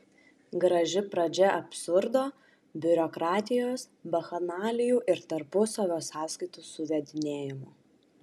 graži pradžia absurdo biurokratijos bakchanalijų ir tarpusavio sąskaitų suvedinėjimo